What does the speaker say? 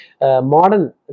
Modern